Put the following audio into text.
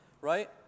Right